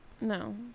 No